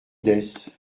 dès